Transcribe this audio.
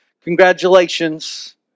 Congratulations